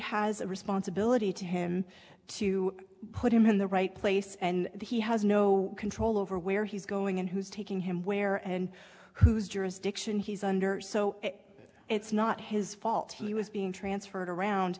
has a responsibility to him to put him in the right place and he has no control over where he's going and who's taking him where and whose jurisdiction he's under so it's not his fault he was being transferred around